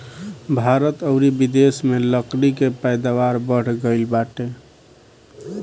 भारत अउरी बिदेस में लकड़ी के उत्पादन बढ़ गइल बाटे